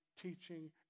teaching